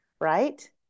Right